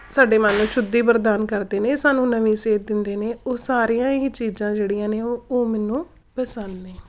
ਸਾਡੇ ਮਨ ਨੂੰ ਸ਼ੁੱਧੀ ਪ੍ਰਦਾਨ ਕਰਦੇ ਨੇ ਸਾਨੂੰ ਨਵੀਂ ਸੇਧ ਦਿੰਦੇ ਨੇ ਉਹ ਸਾਰੀਆਂ ਹੀ ਚੀਜ਼ਾਂ ਜਿਹੜੀਆਂ ਨੇ ਉਹ ਉਹ ਮੈਨੂੰ ਪਸੰਦ ਨੇ